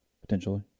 potentially